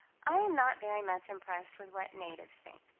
i am not very much impressed with what natives think.